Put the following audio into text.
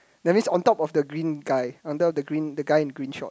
that means on top of the green guy under the green the guy in green shorts